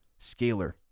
Scalar